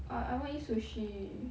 I I want eat sushi